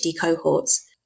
cohorts